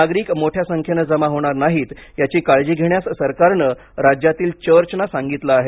नागरिक मोठ्या संख्येने जमा होणार नाहीत याची काळजी घेण्यास सरकारने राज्यातील चर्चना सांगितले आहे